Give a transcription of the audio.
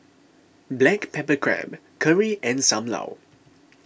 Black Pepper Crab Curry and Sam Lau